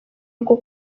rwo